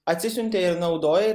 atsisiuntė ir naudoja